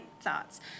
thoughts